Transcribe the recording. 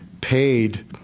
paid